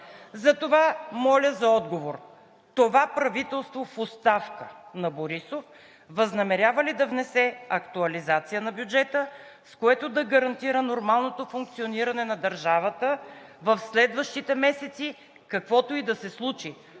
Затова, моля за отговор: това правителство в оставка – на Борисов, възнамерява ли да внесе актуализация на бюджета, с което да гарантира нормалното функциониране на държавата в следващите месеци, каквото и да се случи